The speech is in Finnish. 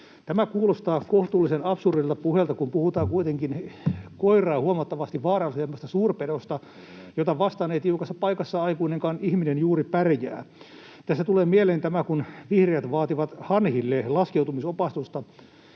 Tämä kuulostaa kohtuullisen absurdilta puheelta, kun puhutaan kuitenkin koiraa huomattavasti vaarallisemmasta suurpedosta, jota vastaan ei tiukassa paikassa aikuinenkaan ihminen juuri pärjää. Tässä tulee mieleen se, kun vihreät vaativat hanhille laskeutumisopastusta